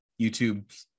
youtube